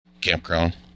campground